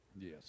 Yes